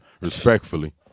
Respectfully